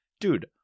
dude